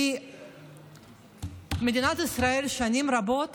כי מדינת ישראל שנים רבות